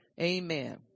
Amen